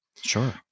sure